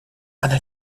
она